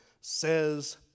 says